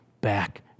back